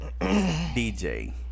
DJ